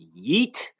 yeet